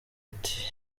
ati